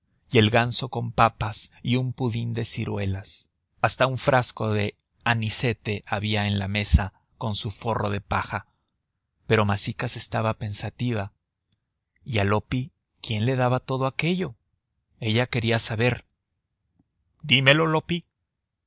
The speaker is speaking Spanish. y el ganso con papas y un pudín de ciruelas hasta un frasco de anisete había en la mesa con su forro de paja pero masicas estaba pensativa y a loppi quién le daba todo aquello ella quería saber dímelo loppi